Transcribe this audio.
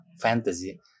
fantasy